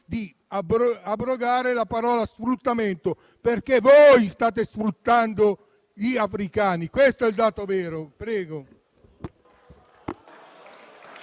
di sopprimere la parola "sfruttamento" perché voi state sfruttando gli africani. Questo è il dato vero.